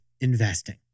investing